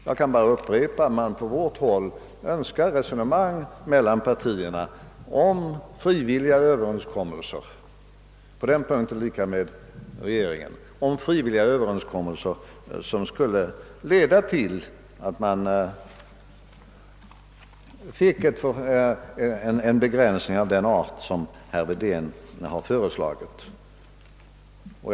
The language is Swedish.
Jag vill bara upprepa att vi från vårt håll önskar uppta ett resonemang mellan partierna om frivilliga överenskommelser, som leder till en begränsning av den art som herr Wedén föreslagit. Beträffande frivilligheten står vi alltså på samma ståndpunkt som regeringen.